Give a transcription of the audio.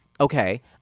Okay